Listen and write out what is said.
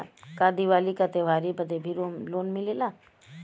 का दिवाली का त्योहारी बदे भी लोन मिलेला?